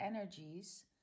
energies